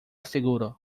seguro